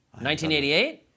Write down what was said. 1988